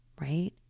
right